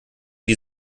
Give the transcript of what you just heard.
die